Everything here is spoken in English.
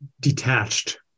detached